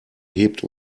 hebt